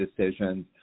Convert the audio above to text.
decisions